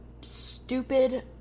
Stupid